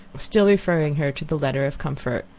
still referring her to the letter of comfort.